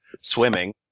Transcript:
swimming